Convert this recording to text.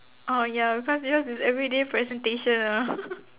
oh ya because yours is everyday presentation